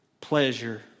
pleasure